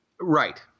Right